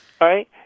Right